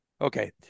okay